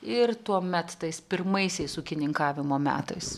ir tuomet tais pirmaisiais ūkininkavimo metais